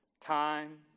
time